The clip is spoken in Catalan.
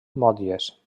motlles